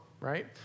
right